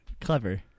clever